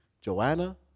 Joanna